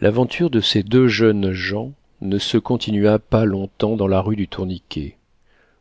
l'aventure de ces deux jeunes gens ne se continua pas long-temps dans la rue du tourniquet